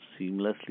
seamlessly